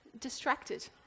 distracted